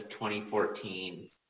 2014